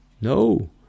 No